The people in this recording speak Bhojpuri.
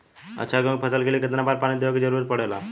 अच्छा गेहूँ क फसल के लिए कितना बार पानी देवे क जरूरत पड़ेला?